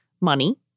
money